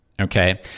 okay